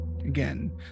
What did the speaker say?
again